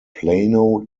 plano